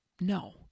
No